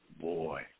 Boy